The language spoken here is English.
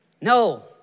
No